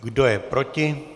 Kdo je proti?